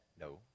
No